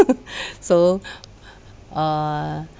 so err